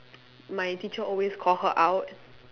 my teacher always call her out